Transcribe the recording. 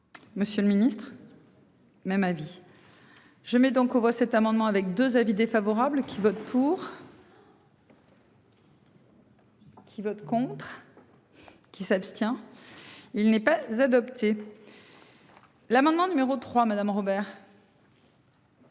Monsieur le Ministre. Même avis. Je mets donc aux voix cet amendement avec 2 avis défavorables qui vote pour. Qui vote contre. Qui s'abstient. Il n'est pas adopté. L'amendement numéro trois Madame Robert.